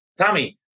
Tommy